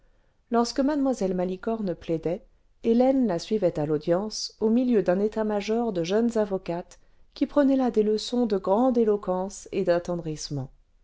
lorsque mue malicorne plaidait hélène la suivait à l'audience au milieu d'un état-major déjeunes avocates qui prenaient là des leçons de grande éloquence et